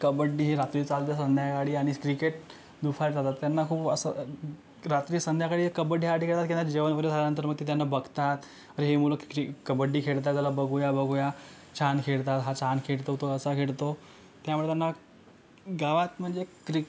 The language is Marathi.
कबड्डी ही रात्री चालते संध्याकाळी आणि क्रिकेट दुपारी चालतात त्यांना खूप असं रात्री संध्याकाळी एक कबड्डी खेळतात जेवण वगैरे झाल्यानंतर मग ते त्यांना बघतात अरे ही मुलं क्रिक कबड्डी खेळता चला बघूया बघूया छान खेळता हा छान खेळतो तो असा खेळतो त्यामुळे त्यांना गावात म्हणजे क्रि